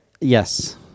Yes